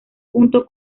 punto